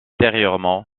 antérieurement